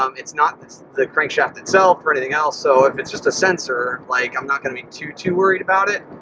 um it's not the crank shaft itself or anything else. so if it's just a sensor, like i'm not gonna be too, too worried about it.